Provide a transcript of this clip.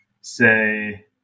say